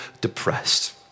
depressed